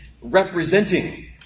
representing